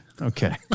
okay